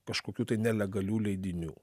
kažkokių tai nelegalių leidinių